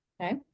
Okay